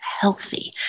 healthy